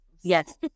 yes